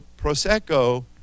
prosecco